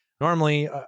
normally